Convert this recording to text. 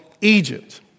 Egypt